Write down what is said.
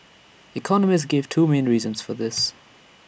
economists gave two main reasons for this